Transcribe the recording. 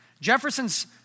Jefferson's